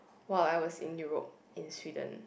while I was in Europe in Sweden